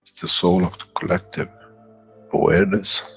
the soul of collective awareness